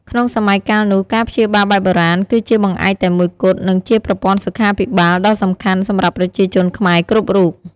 ក្នុងសម័យកាលនោះ ការព្យាបាលបែបបុរាណ គឺជាបង្អែកតែមួយគត់ និងជាប្រព័ន្ធសុខាភិបាលដ៏សំខាន់សម្រាប់ប្រជាជនខ្មែរគ្រប់រូប។